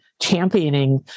championing